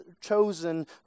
chosen